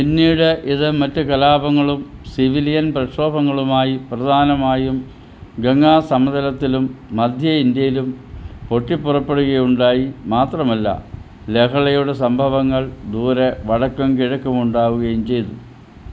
പിന്നീട് ഇത് മറ്റ് കലാപങ്ങളും സിവിലിയൻ പ്രക്ഷോഭങ്ങളുമായി പ്രധാനമായും ഗംഗാ സമതലത്തിലും മധ്യ ഇന്ത്യയിലും പൊട്ടിപുറപ്പെടുകയുണ്ടായി മാത്രമല്ല ലഹളയുടെ സംഭവങ്ങൾ ദൂരെ വടക്കും കിഴക്കും ഉണ്ടാകുകയും ചെയ്തു